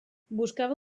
buscava